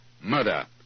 murder